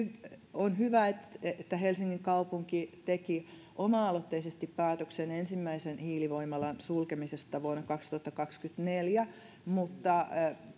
on hyvä että että helsingin kaupunki teki oma aloitteisesti päätöksen ensimmäisen hiilivoimalan sulkemisesta vuonna kaksituhattakaksikymmentäneljä mutta